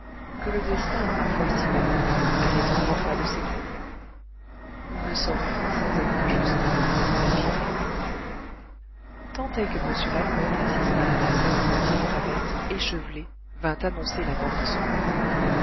que le destin parfois si baroque allait encore faire de ses coups on ne saurait sans être injuste l'affirmer tant est que m lalouette assista à la scène où la vieille babette échevelée vint annoncer la mort de son maître